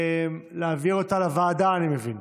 להעביר אותה לוועדה אני מבין.